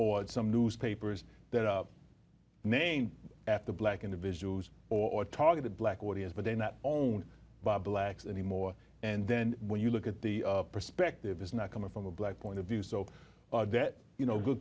or some newspapers that name at the black individuals or target a black audience but they're not own by blacks anymore and then when you look at the perspective is not coming from a black point of view so that you know good